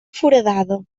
foradada